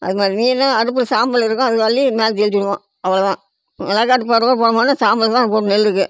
அது மாதிரி வீணாக அடுப்பில் சாம்பல் இருக்கும் அதை அள்ளி மேலே தெளித்து விடுவோம் அவ்வளோ தான் வயக்காட்டுக்குப் பக்கமே போகமாட்டோம் சாம்பல் தான் போடுவோம் நெல்லுக்கு